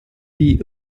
wie